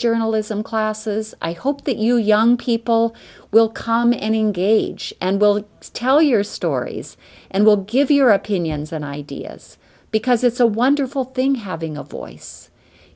journalism classes i hope that you young people will come engage and will tell your stories and will give your opinions and ideas because it's a wonderful thing having a voice